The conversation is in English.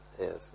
Yes